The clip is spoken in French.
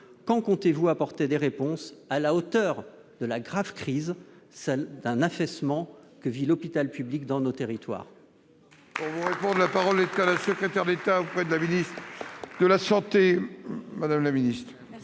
Quand comptez-vous apporter des réponses à la hauteur de la crise, celle d'un affaissement, que vit l'hôpital public dans nos territoires ?